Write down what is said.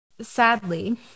Sadly